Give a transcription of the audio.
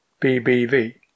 BBV